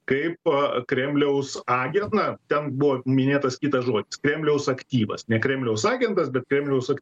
kaip kremliaus agentą ten buvo minėtas kitas žodis kremliaus aktyvas ne kremliaus agentas bet kremliaus ak